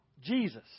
Jesus